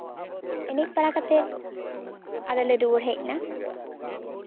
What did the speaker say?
ᱮᱱᱮᱡ ᱵᱟᱲᱟ ᱠᱟᱛᱮ ᱟᱠᱮ ᱞᱮ ᱨᱩᱣᱟᱹᱲ ᱦᱮᱡ ᱮᱱᱟ